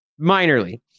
minorly